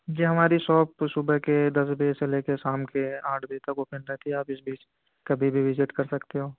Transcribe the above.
جی ہماری شاپ صبح کے دس بجے سے لے کے شام کے آٹھ بجے تک اوپن رہتی ہے آپ اس بیچ کبھی بھی وزٹ کر سکتے ہو